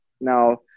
now